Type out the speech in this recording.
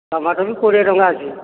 tomato ବି କୋଡ଼ିଏ ଟଙ୍କା ଅଛି